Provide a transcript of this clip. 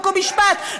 חוק ומשפט,